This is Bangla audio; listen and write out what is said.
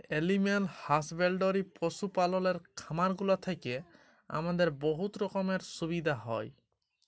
এলিম্যাল হাসব্যাল্ডরি পশু পাললের খামারগুলা থ্যাইকে আমাদের বহুত রকমের সুবিধা হ্যয়